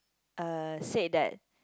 uh said that